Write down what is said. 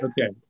Okay